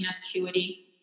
Acuity